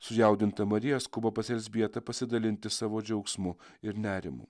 sujaudinta marija skuba pas elzbietą pasidalinti savo džiaugsmu ir nerimu